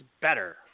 better